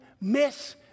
miss